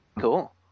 Cool